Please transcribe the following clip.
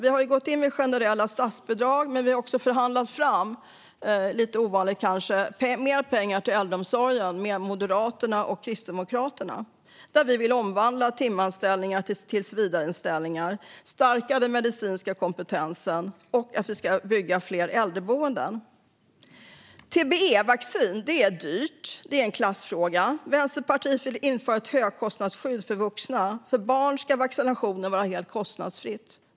Vi har gått in med generella statsbidrag, men vi har också förhandlat fram - lite ovanligt, kanske - mer pengar till äldreomsorgen med Moderaterna och Kristdemokraterna. Vi vill omvandla timanställningar till tillsvidareanställningar och stärka den medicinska kompetensen, och vidare vill vi att fler äldreboenden ska byggas. TBE-vaccin är dyrt, och det är en klassfråga. Vänsterpartiet vill införa ett högkostnadsskydd för vuxna. För barn ska vaccinationen vara helt kostnadsfri.